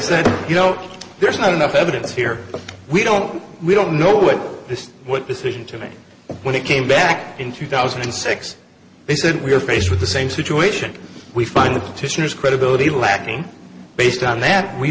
said you know there's not enough evidence here we don't we don't know what this what decision to make when it came back in two thousand and six they said we're faced with the same situation we find the petitioners credibility lacking based on that we